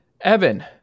Evan